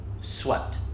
swept